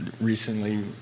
recently